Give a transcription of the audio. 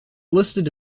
listed